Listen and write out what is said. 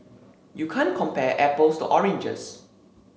you can't compare apples to oranges